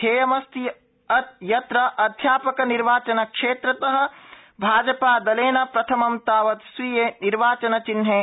ध्येयमस्ति यत्र अध्या क निर्वाचन क्षेत्रतः भाज ादलेन प्रथमं तावत स्वीये निर्वाचन चिह्ने